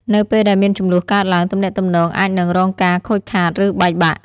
នៅពេលដែលមានជម្លោះកើតឡើង ទំនាក់ទំនងអាចនឹងរងការខូចខាត ឬបែកបាក់។